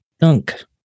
Dunk